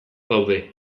daude